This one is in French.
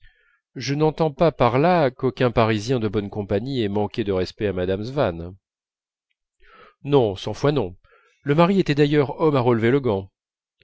je n'entends pas par là qu'aucun parisien de bonne compagnie ait manqué de respect à madame swann non cent fois non le mari étant d'ailleurs homme à relever le gant